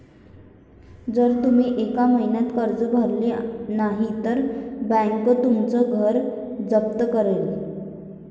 जर तुम्ही एका महिन्यात कर्ज भरले नाही तर बँक तुमचं घर जप्त करेल